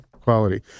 quality